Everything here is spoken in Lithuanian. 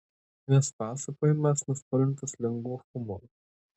visas pasakojimas nuspalvintas lengvu humoru